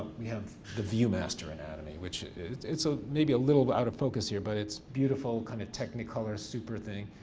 we have the viewmaster anatomy, which it's it's ah maybe a little out of focus here but it's beautiful kind of technicolor super thing.